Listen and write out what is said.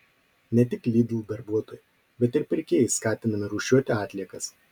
ne tik lidl darbuotojai bet ir pirkėjai skatinami rūšiuoti atliekas